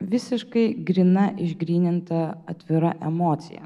visiškai gryna išgryninta atvira emocija